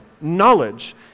knowledge